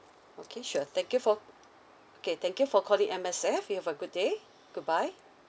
okay sure thank you for okay thank you for calling M_S_F you have a good day goodbye